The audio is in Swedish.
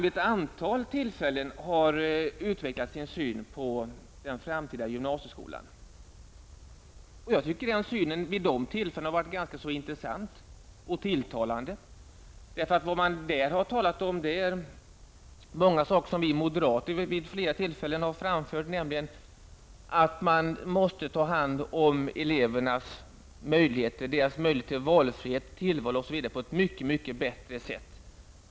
Vid ett antal tillfällen har han utvecklat sin syn på den framtida gymnasieskolan. Jag tycker att det vid dessa tillfällen har varit ganska intressant att ta del av hans synpunkter. Det har varit tilltalande att göra det. Många av de saker som då har tagits upp är sådant som vi moderater många gånger har framfört. Det handlar t.ex. om att vi måste ta till vara elevernas möjligheter till valfrihet, tillval osv. på ett mycket bättre sätt än som hittills har skett.